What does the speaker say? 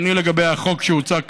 לגבי החוק שהוצע כאן,